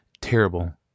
terrible